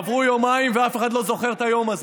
עברו יומיים, ואף אחד לא זוכר את היום הזה.